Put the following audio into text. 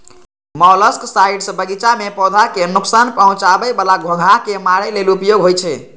molluscicides बगीचा मे पौधा कें नोकसान पहुंचाबै बला घोंघा कें मारै लेल उपयोग होइ छै